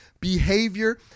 behavior